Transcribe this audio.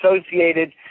associated